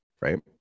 right